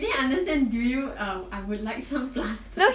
he didn't understand do you um I